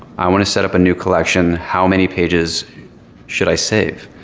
i want to set up a new collection. how many pages should i save?